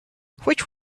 which